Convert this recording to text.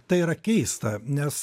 tai yra keista nes